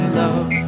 love